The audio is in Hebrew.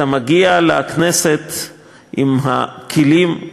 אתה מגיע לכנסת עם הכלים,